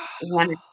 one